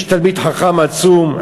תלמיד חכם עצום,